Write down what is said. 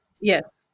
Yes